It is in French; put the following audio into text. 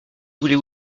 voulez